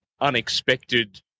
unexpected